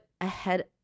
ahead